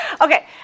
Okay